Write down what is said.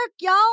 y'all